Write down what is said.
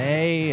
Hey